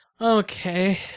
Okay